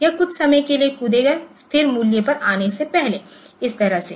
यह कुछ समय के लिए कूदेगा स्थिर मूल्य पर आने से पहले इस तरह से